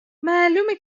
معلومه